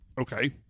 Okay